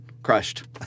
crushed